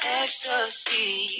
ecstasy